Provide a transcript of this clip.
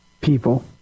people